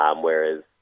Whereas